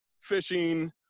fishing